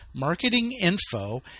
marketinginfo